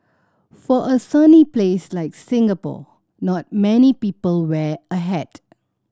for a sunny place like Singapore not many people wear a hat